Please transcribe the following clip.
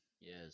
yes